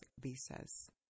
visas